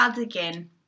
again